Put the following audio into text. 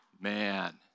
Man